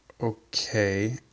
Okay